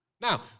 Now